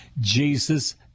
Jesus